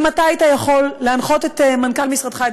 אם אתה היית יכול להנחות את מנכ"ל משרדך,